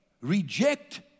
reject